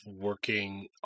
working